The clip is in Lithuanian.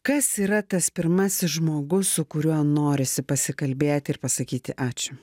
kas yra tas pirmasis žmogus su kuriuo norisi pasikalbėti ir pasakyti ačiū